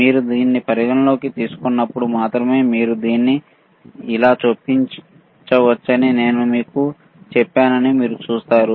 మీరు దీనిని పరిగణనలోకి తీసుకోనప్పుడు మాత్రమే మీరు దీన్ని ఇలా చొప్పించవచ్చని నేను మీకు చెప్పానని మీరు చూస్తారు